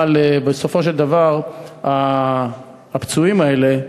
אבל בסופו של דבר הפצועים האלה,